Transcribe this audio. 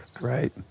right